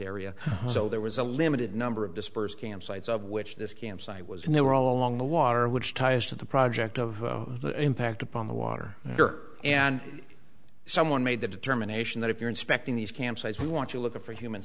area so there was a limited number of dispersed camp sites of which this camp site was and they were along the water which ties to the project of impact upon the water and someone made the determination that if you're inspecting these campsites we want to look at for human